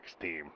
team